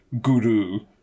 guru